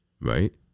right